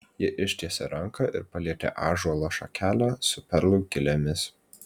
ji ištiesė ranką ir palietė ąžuolo šakelę su perlų gilėmis